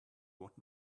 what